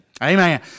Amen